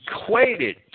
equated